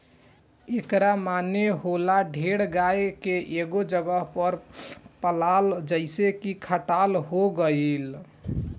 एकरा माने होला ढेर गाय के एगो जगह पर पलाल जइसे की खटाल हो गइल